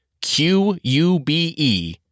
Q-U-B-E